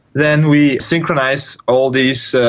then we synchronise all these